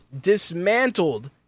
dismantled